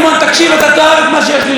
אתה תאהב את מה שיש לי לומר לך,